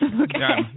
Okay